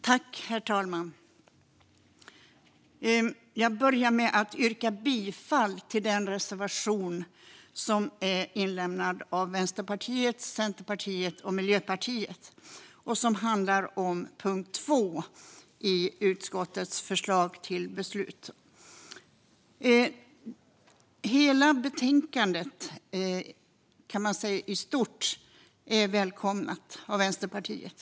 Herr talman! Jag börjar med att yrka bifall till Vänsterpartiets, Centerpartiets och Miljöpartiets reservation under punkt 2. I stort välkomnas propositionens förslag av Vänsterpartiet.